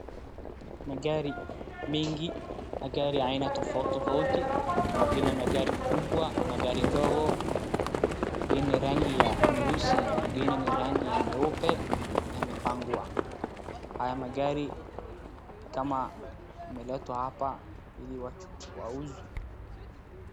Magari mingi , magari aina tofauti tofauti , kama vile magari kubwa , magari ndogo ingine rangi ya nyeusi nyingine ni rangi ya nyeupe yamepangwa. Haya magari nikama yameletwa apa ili wachu wauzwe.